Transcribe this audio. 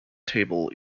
table